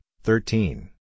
thirteen